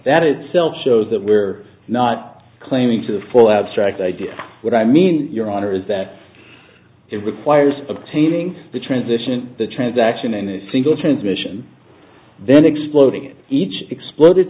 that itself shows that we're not claiming to the full abstract idea what i mean your honor is that it requires obtaining the transition the transaction in a single transmission then exploding it each exploded